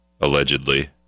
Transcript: allegedly